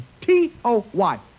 T-O-Y